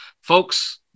folks